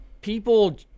people